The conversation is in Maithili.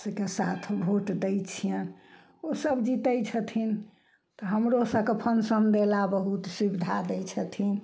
के साथ हम वोट दै छियनि ओ सभ जीतइ छथिन तऽ हमरो सभके फंक्शन देला बहुत सुविधा दै छथिन